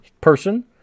Person